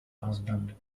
husband